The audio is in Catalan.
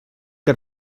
que